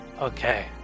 Okay